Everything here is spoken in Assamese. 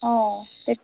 অ